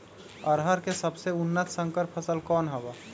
अरहर के सबसे उन्नत संकर फसल कौन हव?